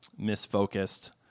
misfocused